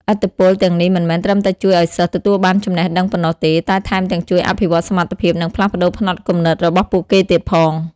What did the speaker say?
ឥទ្ធិពលទាំងនេះមិនមែនត្រឹមតែជួយឲ្យសិស្សទទួលបានចំណេះដឹងប៉ុណ្ណោះទេ តែថែមទាំងជួយអភិវឌ្ឍសមត្ថភាព និងផ្លាស់ប្តូរផ្នត់គំនិតរបស់ពួកគេទៀតផង។